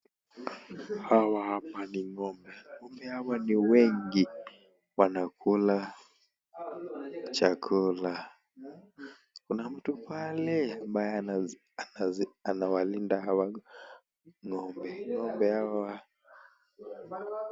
Hawa hapa ni ng'ombe, ng'ombe hawa ni wengi wanakula chakula kuna mtu pale ambaye anawalinda hawo ng'ombe, ng'ombe hawa.